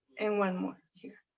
and one more here.